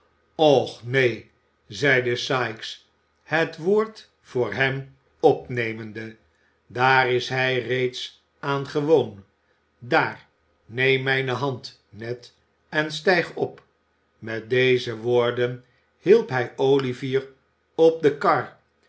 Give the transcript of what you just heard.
och neen zeide sikes het woord voor hem opnemende daar is hij reeds aan gewoon daar neem mijne hand ned en stijg op met deze woorden hielp hij o ivier op de kar